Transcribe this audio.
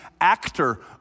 actor